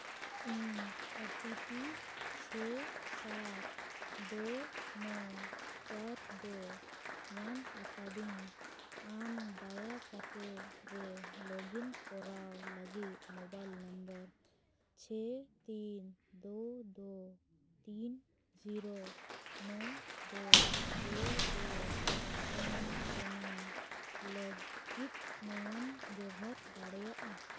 ᱤᱧ O T P ᱪᱷᱮ ᱥᱟᱛ ᱫᱩ ᱱᱚ ᱪᱟᱨ ᱫᱩ ᱧᱟᱢ ᱟᱠᱟᱫᱟᱹᱧ ᱟᱢ ᱫᱟᱭᱟ ᱠᱟᱛᱮ ᱨᱮ ᱞᱚᱜᱽ ᱤᱱ ᱠᱚᱨᱟᱣ ᱞᱟᱹᱜᱤᱫ ᱢᱳᱵᱟᱭᱤᱞ ᱱᱟᱢᱵᱟᱨ ᱪᱷᱮ ᱛᱤᱱ ᱫᱩ ᱫᱩ ᱛᱤᱱ ᱡᱤᱨᱳ ᱱᱚ ᱫᱚ ᱫᱩ ᱫᱩ ᱯᱟᱸᱪ ᱨᱮᱱᱟᱝ ᱞᱟᱹᱜᱤᱫ ᱱᱚᱣᱟᱢ ᱵᱮᱵᱚᱦᱟᱨ ᱫᱟᱲᱮᱭᱟᱜᱼᱟ